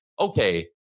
okay